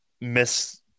miss